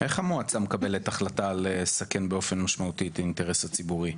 איך המועצה מקבלת החלטת "לסכן באופן משמעותי" את האינטרס הציבורי?